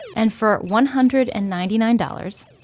and for one hundred and ninety nine dollars,